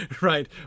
right